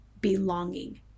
Belonging